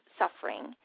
suffering